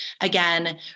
Again